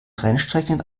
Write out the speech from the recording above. rennstrecken